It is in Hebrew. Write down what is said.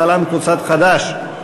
להלן: קבוצת סיעת חד"ש,